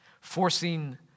Forcing